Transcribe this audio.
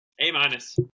A-minus